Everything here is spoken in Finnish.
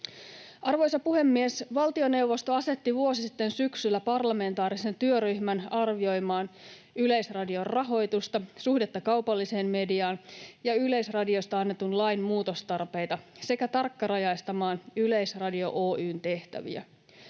Arvoisa puhemies! Valtioneuvosto asetti vuosi sitten syksyllä parlamentaarisen työryhmän arvioimaan Yleisradion rahoitusta, suhdetta kaupalliseen mediaan ja Yleisradiosta annetun lain muutostarpeita sekä tarkkarajaistamaan Yleisradio Oy:n tehtäviä.